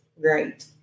great